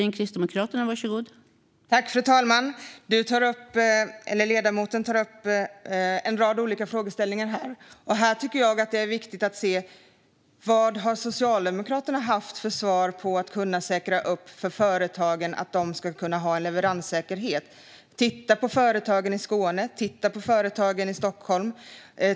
Fru talman! Ledamoten tar upp en rad olika frågeställningar. Här tycker jag att det är viktigt att se vad Socialdemokraterna har haft för svar när det gäller att kunna säkra att företagen har en leveranssäkerhet. Titta på företagen i Skåne, och titta på företagen i Stockholm!